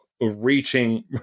reaching